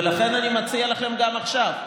ולכן אני מציע לכם גם עכשיו,